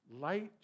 Light